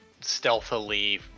stealthily